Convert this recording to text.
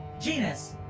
genus